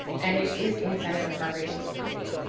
and it is in senate appropriations committee.